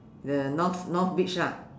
the north north beach lah